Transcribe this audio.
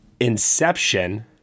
Inception